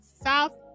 South